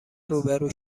روبرو